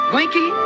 Winky